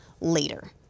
later